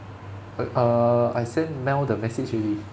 uh I send mel the message already